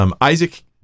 Isaac